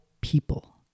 people